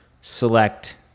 select